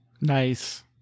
Nice